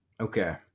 okay